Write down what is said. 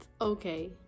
okay